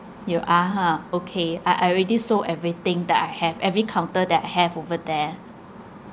you are ha okay I I already sold everything that I have every counter that I have over there